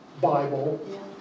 Bible